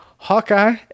Hawkeye